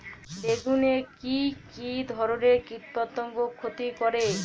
বেগুনে কি কী ধরনের কীটপতঙ্গ ক্ষতি করে?